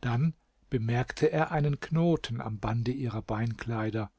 dann bemerkte er einen knoten am bande ihrer beinkleider